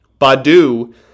Badu